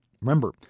remember